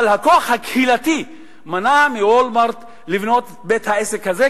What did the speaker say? אבל הכוח הקהילתי מנע מרשת לבנות את בית-העסק הזה,